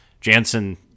Jansen